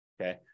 okay